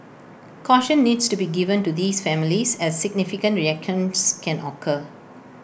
caution needs to be given to these families as significant reactions can occur